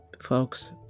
Folks